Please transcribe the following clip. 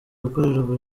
gukorerwa